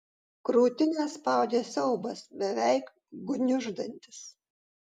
krūtinę spaudė siaubas beveik gniuždantis